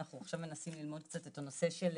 אנחנו עכשיו מנסים ללמוד קצת את הנושא של